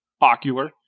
ocular